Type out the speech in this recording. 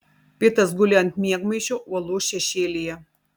pitas guli ant miegmaišio uolų šešėlyje